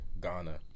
ghana